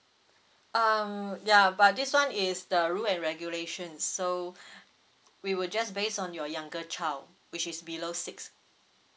um ya but this [one] is the rule and regulations so we will just based on your younger child which is below six